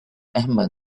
ahmed